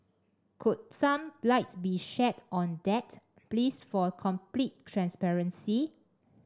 could some lights be shed on that please for complete transparency